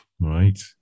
Right